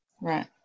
right